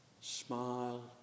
smile